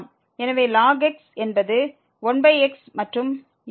எனவே ln x என்பது 1x மற்றும் இங்கே 1x2 கொடுக்கும்